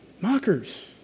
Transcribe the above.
mockers